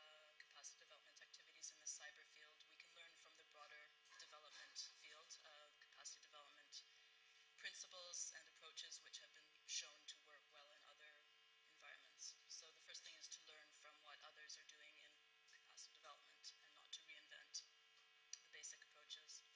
capacity development activities in the cyber field, we can learn from the broader development field of capacity development principles and approaches which have been shown to work well in other environments. so the first thing is to learn from what others are doing in capacity development and not to reinvent the basic approaches